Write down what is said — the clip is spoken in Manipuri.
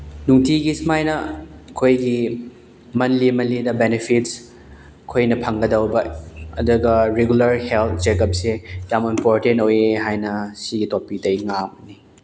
ꯅꯨꯡꯇꯤꯒꯤ ꯁꯨꯃꯥꯏꯅ ꯑꯩꯈꯣꯏꯒꯤ ꯃꯟꯂꯤ ꯃꯟꯂꯤꯗ ꯕꯦꯅꯤꯐꯤꯠꯁ ꯑꯩꯈꯣꯏꯅ ꯐꯪꯒꯗꯧꯕ ꯑꯗꯨꯒ ꯔꯤꯒꯨꯂꯔ ꯍꯦꯜꯠ ꯆꯦꯀꯞꯁꯦ ꯌꯥꯝꯅ ꯏꯝꯄꯣꯔꯇꯦꯟ ꯑꯣꯏ ꯍꯥꯏꯅ ꯁꯤꯒꯤ ꯇꯣꯄꯤꯛꯇ ꯑꯩ ꯉꯥꯡꯕꯅꯤ